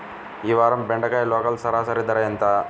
ఈ వారం బెండకాయ లోకల్ సరాసరి ధర ఎంత?